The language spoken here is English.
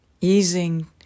easing